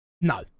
No